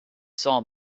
saw